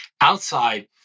outside